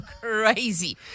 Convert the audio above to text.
crazy